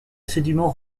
sédiments